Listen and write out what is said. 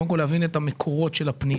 קודם כול להבין את המקורות של הפנייה.